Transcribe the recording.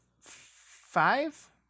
five